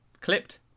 clipped